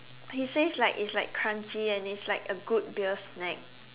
he says like it's like crunchy and it's like a good beer snack